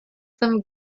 some